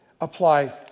apply